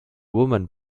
woman